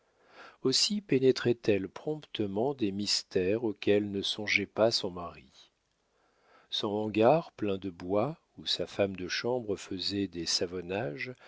aussi pénétrait elle promptement des mystères auxquels ne songeait pas son mari son hangar plein de bois où sa femme de chambre faisait des savonnages